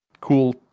Cool